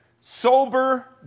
sober